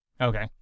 Okay